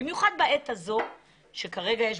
במיוחד בעת הזו כשיש עסקים,